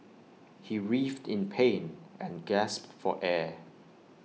he writhed in pain and gasped for air